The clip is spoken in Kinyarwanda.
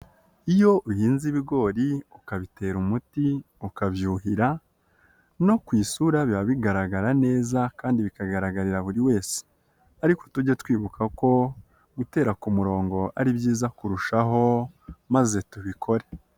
Iyo uhinze ibigori ukabitera umuti ukabyuhira no ku isura biba bigaragara neza kandi bikagaragarira buri wese, ariko tuge twibuka ko gutera ku murongo ari byiza kurushaho maze tubikore.